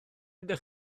ydych